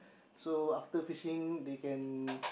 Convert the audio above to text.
so after fishing they can